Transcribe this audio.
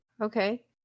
okay